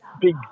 big